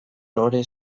lore